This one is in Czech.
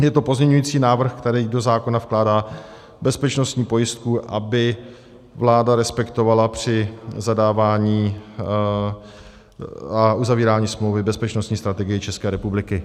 Je to pozměňovací návrh, který do zákona vkládá bezpečnostní pojistku, aby vláda respektovala při zadávání a uzavírání smlouvy Bezpečnostní strategii České republiky.